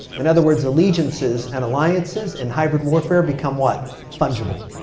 in other words, allegiances and alliances in hybrid warfare become what? fungible.